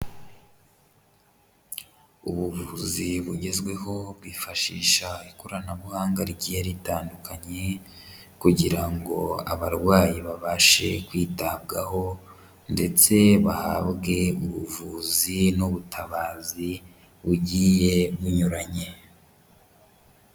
Ubuvuzi bugezweho bwifashisha ikoranabuhanga rigiye ritandukanye kugira ngo abarwayi babashe kwitabwaho ndetse bahabwe ubuvuzi n'ubutabazi bugiye bunyuranye.